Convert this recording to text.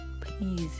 Please